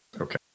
Okay